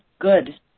good